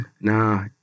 Nah